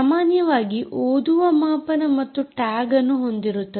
ಸಾಮಾನ್ಯವಾಗಿ ಓದುವ ಮಾಪನ ಮತ್ತು ಟ್ಯಾಗ್ ಅನ್ನು ಹೊಂದಿರುತ್ತದೆ